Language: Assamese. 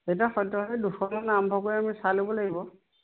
এতিয়া সদ্যহতে দুশমান আৰম্ভ কৰি আমি চাই ল'ব লাগিব